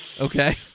okay